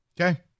Okay